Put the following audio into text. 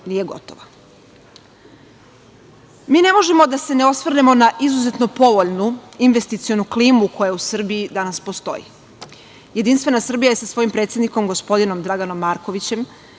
nije gotova. Mi ne možemo da se ne osvrnemo na izuzetno povoljnu investicionu klimu koja u Srbiji danas postoji. Jedinstvena Srbija je sa svojim predsednikom gospodinom Draganom Markovićem